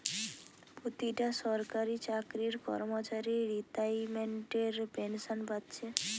পোতিটা সরকারি চাকরির কর্মচারী রিতাইমেন্টের পেনশেন পাচ্ছে